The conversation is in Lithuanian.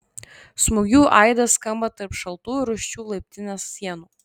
smūgių aidas skamba tarp šaltų ir rūsčių laiptinės sienų